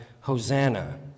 Hosanna